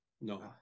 no